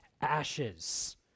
ashes